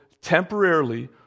temporarily